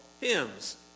hymns